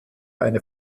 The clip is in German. eine